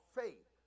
faith